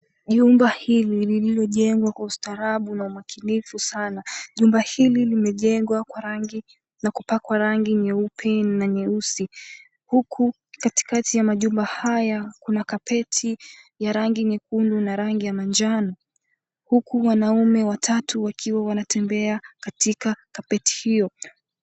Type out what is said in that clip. Jumba hili lililojengwa kwa ustaarabu na umakinifu sana. Jumba hili limejengwa kwa rangi na kupakwa rangi nyeupe na nyeusi. Huku katikati ya majumba haya, kuna kapeti ya rangi nyekundu na rangi ya manjano. Huku wanaume watatu wakiwa wanatembea katika kapeti hiyo.